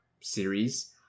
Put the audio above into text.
series